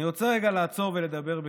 אני רוצה רגע לעצור ולדבר בכנות,